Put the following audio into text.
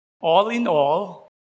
all-in-all